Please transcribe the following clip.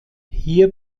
hier